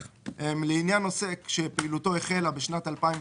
"(1)לעניין עוסק שפעילותו החלה בשנת 2019